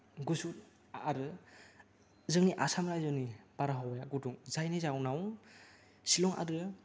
गुसु आरो जोंनि आसाम राइजोनि बारहावाया गुदुं जायनि जाउनाव शिलं आरो